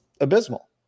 abysmal